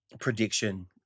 prediction